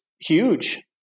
huge